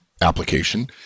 application